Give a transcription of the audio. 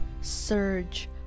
surge